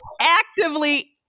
actively